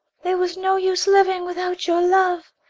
there was no use living without your love.